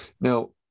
now